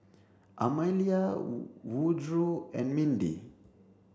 Amalia Woodroe and Mindi